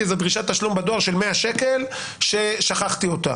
דרישת תשלום בדואר של 100 שקלים ששכחתי אותה.